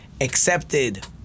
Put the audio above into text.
accepted